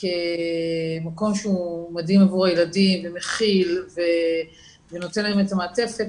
כמקום שהוא מדהים עבור הילדים ומכיל ונותן להם את המעטפת,